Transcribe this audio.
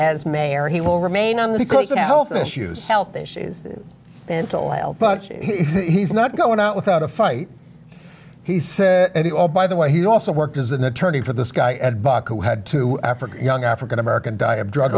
as mayor he will remain on the course of health issues health issues and toil but he's not going out without a fight he said oh by the way he also worked as an attorney for this guy who had to africa young african american die of drug